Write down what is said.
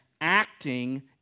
acting